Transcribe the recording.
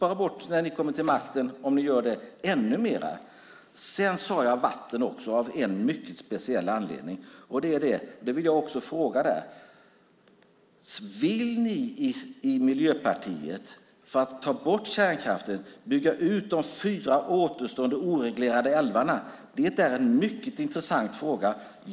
Om ni kommer till makten får ni i så fall spara ännu mer. Jag nämnde också vatten av en mycket speciell anledning. Jag vill ställa en fråga där. Vill ni i Miljöpartiet för att ta bort kärnkraften bygga ut de fyra återstående oreglerade älvarna? Det är en mycket intressant fråga.